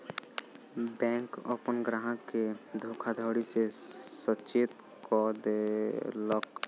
bank अपन ग्राहक के धोखाधड़ी सॅ सचेत कअ देलक